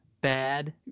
bad